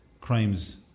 crimes